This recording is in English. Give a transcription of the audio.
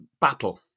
battle